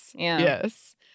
Yes